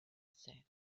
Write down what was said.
said